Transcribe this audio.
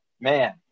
man